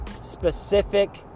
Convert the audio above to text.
specific